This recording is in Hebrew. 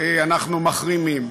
אנחנו מחרימים.